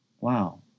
Wow